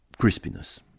crispiness